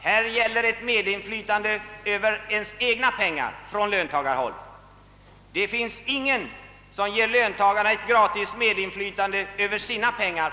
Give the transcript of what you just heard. Här gäller det ett medinflytande från löntagarhåll över egna pengar. Ingen ger löntagarna gratis medinflytande över sina pengar.